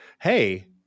Hey